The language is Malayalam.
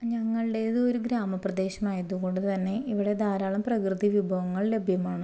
ഞങ്ങളുടേത് ഒരു ഗ്രാമ പ്രദേശമായത് കൊണ്ട് തന്നെ ഇവിടെ ധാരാളം പ്രകൃതി വിഭവങ്ങള് ലഭ്യമാണ്